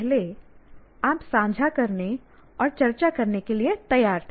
पहले आप साझा करने और चर्चा करने के लिए तैयार थे